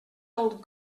old